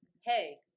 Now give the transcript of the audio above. hey